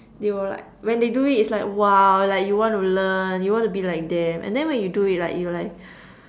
they will like when they do it it's like !wow! like you want to learn you want to be like them and then when you do it right you're like